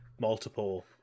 Multiple